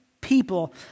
people